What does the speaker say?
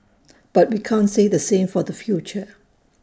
but we can't say the same for the future